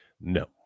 No